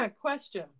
Question